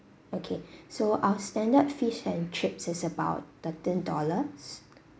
okay so our standard fish and chips is about thirteen dollars